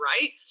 right